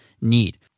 need